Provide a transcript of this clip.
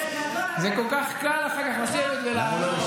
זה מעליך, זה כל כך קל אחר כך לשבת ולענות.